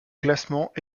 classement